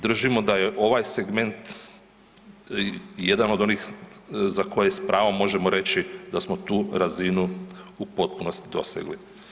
Držimo da je ovaj segment jedan od onih za koje s pravom možemo reći da smo tu razinu u potpunosti dosegli.